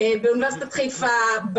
באוניברסיטת חיפה,